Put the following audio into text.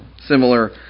similar